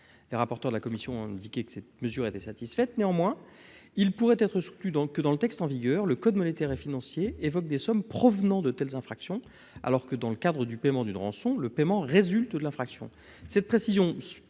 Les rapporteurs de la commission ont indiqué que cette mesure était satisfaite. Néanmoins, il pourrait être soutenu que, dans le texte en vigueur, le code monétaire et financier évoque des sommes « provenant » de telles infractions alors que, dans le cadre du paiement d'une rançon, le paiement « résulte » de l'infraction. Cette précision peut